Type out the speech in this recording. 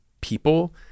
people